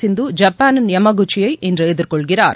சிந்து ஐப்பானின் யமகுச்சியை இன்று எதிர்கொள்கிறார்